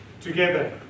together